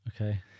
okay